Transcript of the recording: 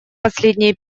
последние